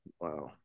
Wow